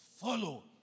Follow